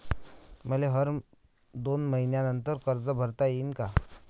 मले हर दोन मयीन्यानंतर कर्ज भरता येईन का?